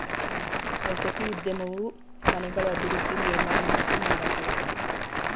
ವಸತಿ ಉದ್ಯಮವು ಮನೆಗಳ ಅಭಿವೃದ್ಧಿ ನಿರ್ಮಾಣ ಮತ್ತು ಮಾರಾಟವಾಗಿದೆ